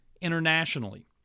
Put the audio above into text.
internationally